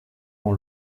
dans